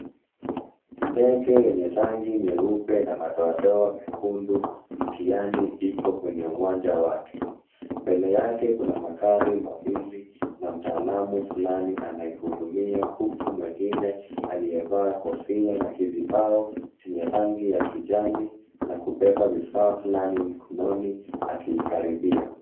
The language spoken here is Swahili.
Ndege yenye rangi nyeupe na madoadoa mekundu mkiani iko kwenye uwanja wake, mbele yake kuna magari mwili na mta𝑎𝑙amu fulani anayehudumia huku mwengine aliyevaa kofia na kizibao chenye rangi ya kijani na kubeba vifaa fulani mkononi akiikaribia.